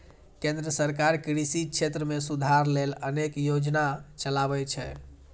केंद्र सरकार कृषि क्षेत्र मे सुधार लेल अनेक योजना चलाबै छै